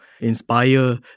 inspire